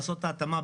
לעשות את ההתאמה.